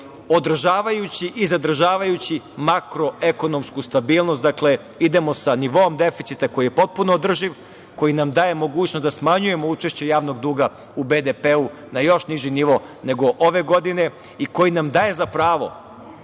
održavajući i zadržavajući makroekonomsku stabilnost, idemo sa nivoom deficita koji je potpuno održiv, koji nam daje mogućnost da smanjujemo učešće javnog duga u BDP na još niži nivo nego ove godine i koji nam daje za pravo